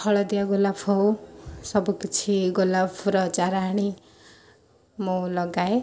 ହଳଦିଆ ଗୋଲାପ ହଉ ସବୁକିଛି ଗୋଲାପର ଚାରା ଆଣି ମୁଁ ଲଗାଏ